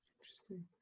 Interesting